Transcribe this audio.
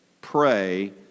pray